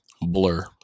blur